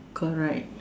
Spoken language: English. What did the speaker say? correct